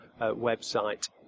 website